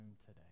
today